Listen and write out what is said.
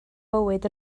bywyd